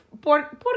por